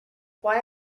why